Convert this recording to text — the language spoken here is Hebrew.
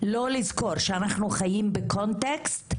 לא לזכור שאנחנו חיים בקונטקסט,